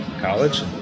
college